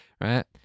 right